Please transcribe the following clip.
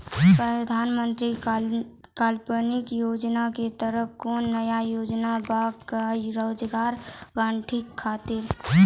प्रधानमंत्री कल्याण योजना के तहत कोनो नया योजना बा का रोजगार गारंटी खातिर?